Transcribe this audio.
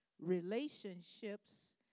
Relationships